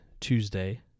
Tuesday